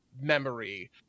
memory